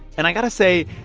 and i got to say,